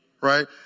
right